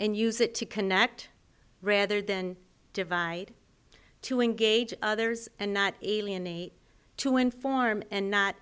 and use it to connect rather than divide to engage others and not alienate to inform and not